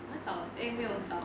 蛮早的 eh 没有早